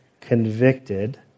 convicted